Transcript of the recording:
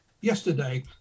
yesterday